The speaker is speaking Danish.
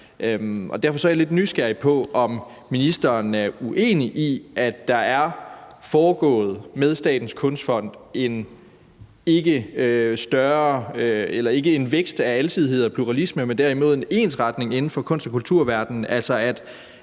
Derfor er jeg lidt nysgerrig på, om ministeren er uenig i, at der er med Statens Kunstfond ikke er foregået en vækst i alsidighed og pluralisme, men derimod en ensretning inden for kunst- og kulturverdenen,